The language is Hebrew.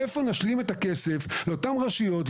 מאיפה נשלים את הכסף לאותן רשויות?